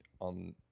on